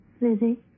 Lizzie